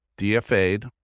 DFA'd